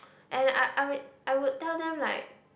and I I would I would tell them like